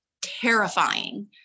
terrifying